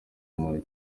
umuntu